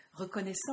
reconnaissant